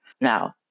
Now